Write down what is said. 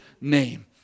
name